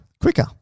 Quicker